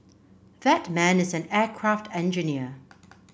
that man is an aircraft engineer